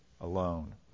alone